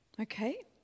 Okay